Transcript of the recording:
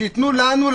שייתנו לנו,